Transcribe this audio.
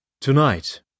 Tonight